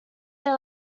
they